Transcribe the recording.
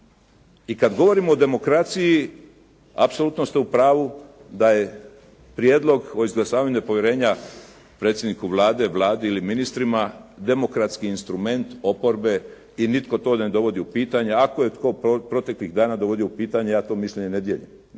I kada govorimo o demokraciji apsolutno ste u pravu, da je prijedlog o izglasavanju povjerenja predsjedniku Vlade, Vladi ili ministrima demokratski instrument oporbe i nitko to ne dovodi u pitanje. Ako je tko proteklih dana dovodio u pitanje ja to mišljenje ne dijelim.